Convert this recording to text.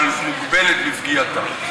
אבל מוגבלת בפגיעתה.